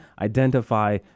identify